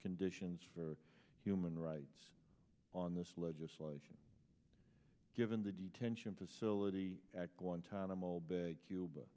conditions for human rights on this legislation given the detention facility at guantanamo bay cuba